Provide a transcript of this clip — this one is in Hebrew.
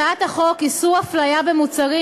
הצעת חוק איסור הפליה במוצרים,